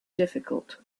difficult